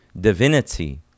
divinity